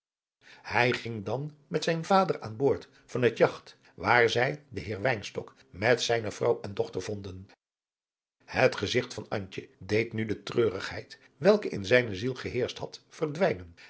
hij ging dan met zijn vader aan boord van het jagt waar zij den heer wynstok met zijne vrouw en dochter vonden het gezigt van antje deed nu de treurigheid welke in zijne ziel geheerscht had verdwijnen